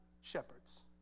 shepherds